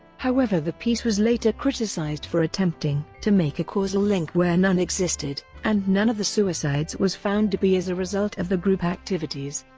however the piece was later criticised for attempting to make a causal link where none existed, and none of the suicides was found to be as a result of the group activities.